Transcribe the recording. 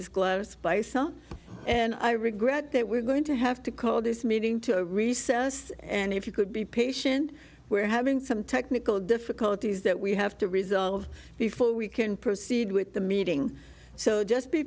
son and i regret that we're going to have to call this meeting to a recess and if you could be patient we're having some technical difficulties that we have to resolve before we can proceed with the meeting so just be